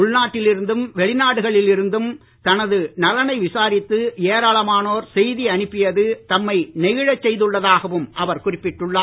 உள்நாட்டில் இருந்தும் வெளிநாடுகளில் இருந்தும் தனது நலனை விசாரித்து ஏராளமானோர் செய்தி அனுப்பியது தம்மை நெகிழச் செய்துள்ளதாகவும் அவர் குறிப்பிட்டுள்ளார்